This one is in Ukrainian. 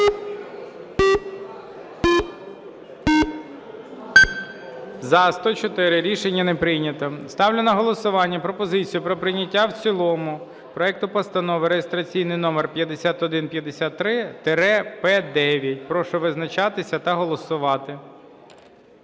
За-104 Рішення не прийнято. Ставлю на голосування пропозицію про прийняття в цілому проекту Постанови реєстраційний номер 5153-П9. Прошу визначатися та голосувати.